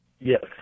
Yes